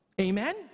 Amen